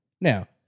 Now